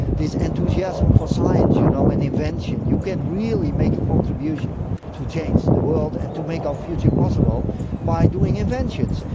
this enthusiasm for science you know and invention. you can really make a contribution to change the world and to make our future possible by doing inventions.